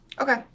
Okay